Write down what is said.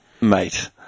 Mate